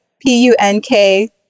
P-U-N-K